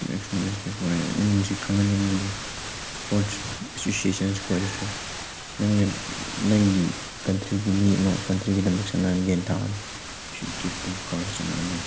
ꯑꯩꯅ ꯁꯤ ꯈꯪꯍꯟꯅꯤꯡꯕꯗꯤ ꯏꯁꯄꯣꯔꯠꯁ ꯑꯦꯁꯣꯁꯤꯌꯦꯁꯟ ꯑꯩꯈꯣꯏꯗꯁꯨ ꯅꯪꯅ ꯅꯪꯒꯤ ꯀꯟꯇ꯭ꯔꯤꯒꯤ ꯃꯤ ꯑꯃ ꯀꯟꯇ꯭ꯔꯤꯒꯤꯗꯃꯛ ꯁꯥꯟꯅꯍꯟꯒꯦ ꯍꯥꯏ ꯇꯥꯔꯗꯤ should give them courage and honour